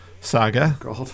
saga